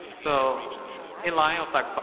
so in line of that kwuh,